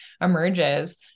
emerges